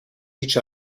each